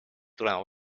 tulema